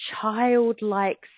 childlike